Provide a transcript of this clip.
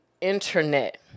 internet